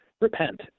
repent